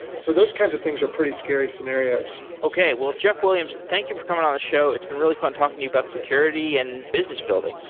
so those kinds of things are pretty scary scenarios okay. well, jeff williams, thank you for coming on the show. it's been really fun talking to you about security and business building.